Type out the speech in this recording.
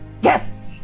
Yes